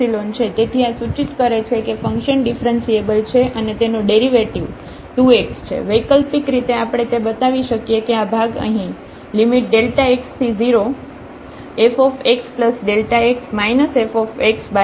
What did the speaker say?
તેથી આ સૂચિત કરે છે કે ફંક્શન ડિફરન્સીએબલ છે અને તેનો ડેરિવેટિવ 2x છે વૈકલ્પિક રીતે આપણે તે બતાવી શકીએ કે આ ભાગ અહીં x→0fxΔx fΔxછે